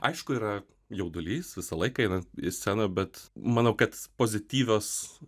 aišku yra jaudulys visą laiką einant į sceną bet manau kad pozityvios